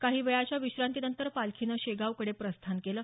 काही वेळाच्या विश्रांतीनंतर पालखीनं शेगावकडे प्रस्थान केलं